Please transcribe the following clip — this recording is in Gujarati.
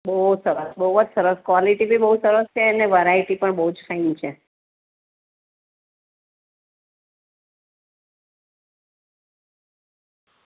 બહુ સરસ બહુ જ સરસ ક્વોલિટી બી બહુ સરસ છે ને વેરાયટી પણ બહુ જ ફાઈન છે